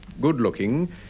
good-looking